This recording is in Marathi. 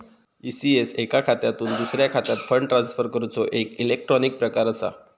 ई.सी.एस एका खात्यातुन दुसऱ्या खात्यात फंड ट्रांसफर करूचो एक इलेक्ट्रॉनिक प्रकार असा